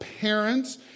parents